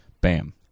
bam